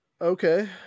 okay